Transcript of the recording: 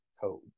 code